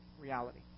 reality